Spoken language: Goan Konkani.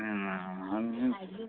आनी